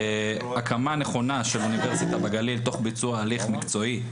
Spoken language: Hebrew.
הקמה נכונה של אוניברסיטה בגליל תוך ביצוע הלך מקצועי,